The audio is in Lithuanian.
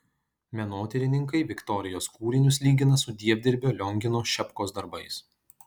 menotyrininkai viktorijos kūrinius lygina su dievdirbio liongino šepkos darbais